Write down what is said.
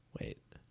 Wait